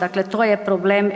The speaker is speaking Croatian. dakle to je problem